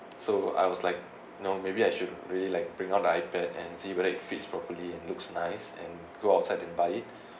so I was like no maybe I should really like bring out the iPad and see whether it fits properly and looks nice and go outside buy it